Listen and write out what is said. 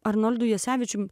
arnoldu jasevičiumi